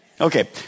Okay